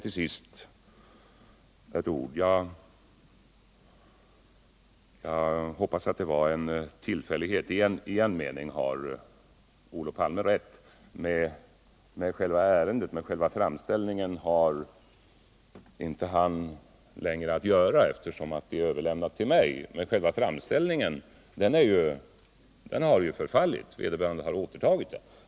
Till sist ett par ord om något jag hoppas var ett missförstånd. I en mening har Olof Palme rätt: med själva ärendet har han inte längre att göra, eftersom det är överlämnat till mig — framställningen har dock förfallit eftersom vederbörande har återtagit den.